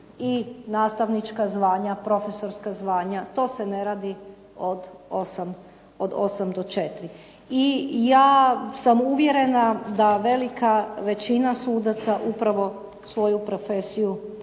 i nastavnička zvanja, profesorska zvanja, to se ne radi od 8 do 4. I ja sam uvjerena da velika većina sudaca upravo svoju profesiju